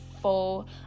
full